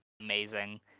amazing